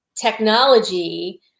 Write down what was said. technology